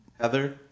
Heather